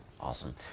Awesome